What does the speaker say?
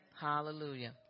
Hallelujah